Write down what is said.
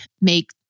make